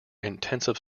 intensive